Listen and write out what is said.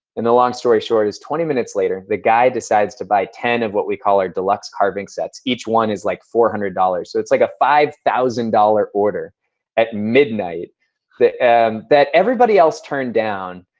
and the long story short is twenty minutes later, the guy decides to buy ten of what we call our deluxe carving sets. each one is like four hundred dollars. so it's like a five thousand dollars order at midnight and that everybody else turned down.